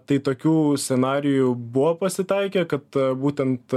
tai tokių scenarijų buvo pasitaikę kad būtent